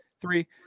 three